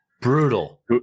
Brutal